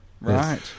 Right